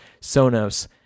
Sonos